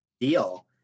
deal